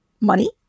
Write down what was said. money